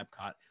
Epcot